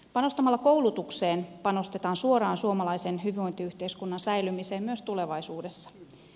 panostamalla koulutukseen panostetaan suoraan suomalaisen hyvinvointiyhteiskunnan säilymiseen myös tulevaisuudessa